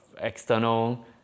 external